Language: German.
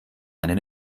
einen